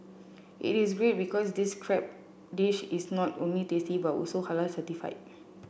it is great because this crab dish is not only tasty but also Halal certified